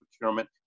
procurement